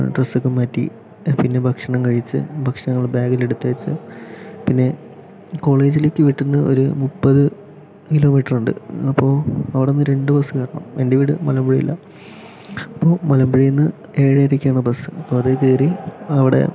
ഡ്രെസ്സൊക്കെ മാറ്റി പിന്നെ ഭക്ഷണം കഴിച്ച് ഭക്ഷണങ്ങൾ ബാഗിലെടുത്ത് വെച്ച് പിന്നെ കോളേജിലേക്ക് വീട്ടിൽ നിന്ന് ഒരു മുപ്പത് കിലോമീറ്ററുണ്ട് അപ്പോൾ അവിടെ നിന്ന് രണ്ട് ബസ്സ് കയറണം എൻ്റെ വീട് മലമ്പുഴയിലാണ് അപ്പോൾ മലമ്പുഴയിൽ നിന്ന് ഏഴരയ്ക്കാണ് ബസ്സ് അപ്പോൾ അതിൽ കയറി അവിടെ